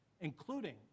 including